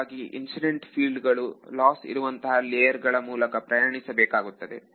ಹಾಗಾಗಿ incident field ಗಳು loss ಇರುವಂತಹ ಲೇಯರ್ ಗಳ ಮೂಲಕ ಪ್ರಯಾಣಿಸಬೇಕಾಗುತ್ತದೆ